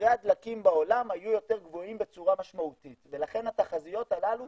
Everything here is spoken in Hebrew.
מחירי הדלקים בעולם היו יותר גבוהים בצורה משמעותית ולכן התחזיות הללו